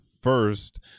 first